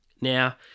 Now